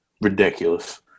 Ridiculous